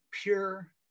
pure